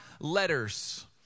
letters